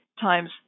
times